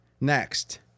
Next